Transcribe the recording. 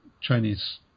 Chinese